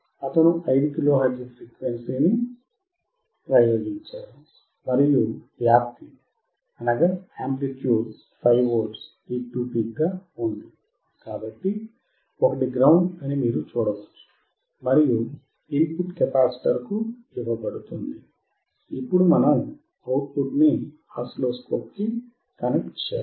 అతను 5 కిలోహెర్ట్జ్ ఫ్రీక్వెన్సీని ప్రయోగించాడు మరియు వ్యాప్తి 5V పీక్ టు పీక్ కాబట్టి ఒకటి గ్రౌండ్ అని మీరు చూడవచ్చు మరియు ఇన్ పుట్ కెపాసిటర్ కు ఇవ్వబడుతుంది ఇప్పుడు మనం అవుట్ పుట్ ని ఆసిలోస్కోప్ కి కనెక్ట్ చేయాలి